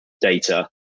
data